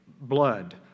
blood